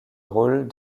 rôle